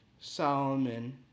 Solomon